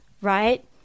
right